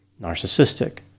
narcissistic